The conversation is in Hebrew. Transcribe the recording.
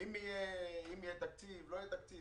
אם יהיה תקציב או לא יהיה תקציב,